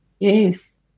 Yes